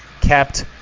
kept